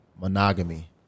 monogamy